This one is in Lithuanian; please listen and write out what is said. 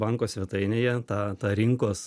banko svetainėje tą tą rinkos